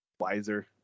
Wiser